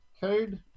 code